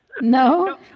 no